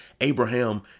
Abraham